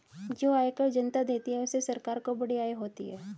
जो आयकर जनता देती है उससे सरकार को बड़ी आय होती है